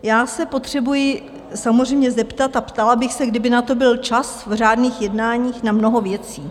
Já se potřebuji samozřejmě zeptat, a ptala bych se, kdyby na to byl čas v řádných jednáních, na mnoho věcí.